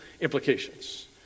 implications